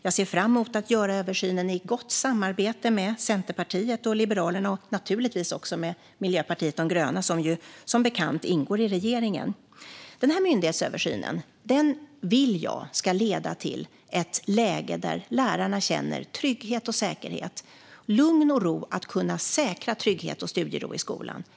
Jag ser fram emot att göra översynen i gott samarbete med Centerpartiet, Liberalerna och naturligtvis också Miljöpartiet de gröna, som ju som bekant ingår i regeringen. Denna myndighetsöversyn vill jag ska leda till ett läge där lärarna känner trygghet, säkerhet, lugn och ro att kunna säkra trygghet och studiero i skolan.